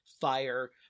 fire